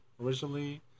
originally